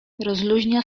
rozluźnia